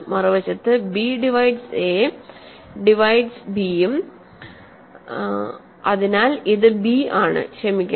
മറുവശത്ത് b divides A divides b യും അതിനാൽ ഇത് ബി ആണ് ക്ഷമിക്കണം